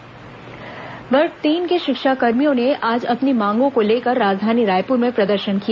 वर्ग तीन शिक्षाकर्मी हड़ताल वर्ग तीन के शिक्षाकर्मियों ने आज अपनी मांगों को लेकर राजधानी रायपुर में प्रदर्शन किया